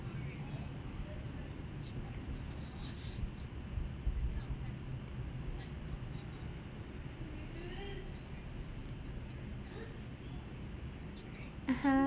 (uh huh)